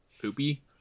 poopy